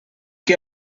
què